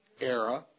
era